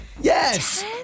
Yes